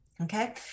okay